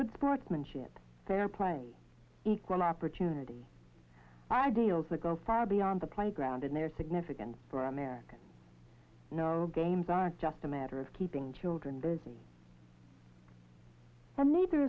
good sportsmanship fair play equal opportunity ideals or go far beyond the playground and their significance for american games are just a matter of keeping children and neither